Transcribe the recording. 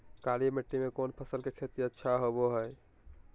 काली मिट्टी में कौन फसल के खेती अच्छा होबो है?